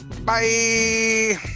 Bye